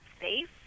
safe